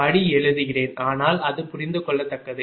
படி எழுதுகிறேன் ஆனால் அது புரிந்துகொள்ளத்தக்கது